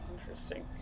Interesting